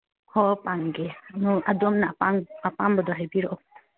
ꯍꯣꯏ ꯄꯥꯡꯒꯦ ꯑꯗꯨꯝ ꯑꯗꯣꯝꯅ ꯑꯄꯥꯝ ꯑꯄꯥꯝꯕꯗꯨ ꯍꯥꯏꯕꯤꯔꯛꯎ